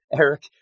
Eric